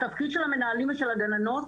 התפקיד של המנהלים ושל הגננות,